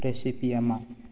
रेसिपिया मा